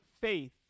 faith